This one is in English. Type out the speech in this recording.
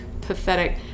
pathetic